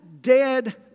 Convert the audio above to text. dead